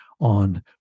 on